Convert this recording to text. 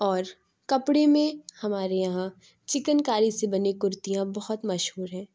اور کپڑے میں ہمارے یہاں چکن کاری سے بنے کُرتیاں بہت مشہور ہیں